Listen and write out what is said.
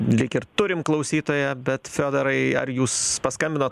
lyg ir turim klausytoją bet fiodorai ar jūs paskambinot